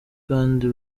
kandi